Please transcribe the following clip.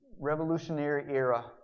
Revolutionary-era